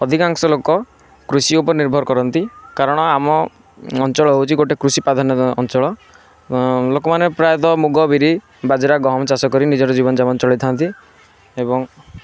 ଅଧିକାଂଶ ଲୋକ କୃଷି ଉପରେ ନିର୍ଭର କରନ୍ତି କାରଣ ଆମ ଅଞ୍ଚଳ ହେଉଛି ଗୋଟେ କୃଷି ପ୍ରଧାନ ଅଞ୍ଚଳ ଲୋକମାନେ ପ୍ରାୟତଃ ମୁଗ ବିରି ବାଜରା ଗହମ ଚାଷ କରି ନିଜର ଜୀବନ ଯାପାନ ଚଳାଇ ଥାଆନ୍ତି ଏବଂ